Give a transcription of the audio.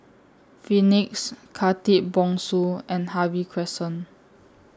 Phoenix Khatib Bongsu and Harvey Crescent